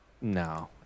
No